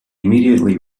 immediately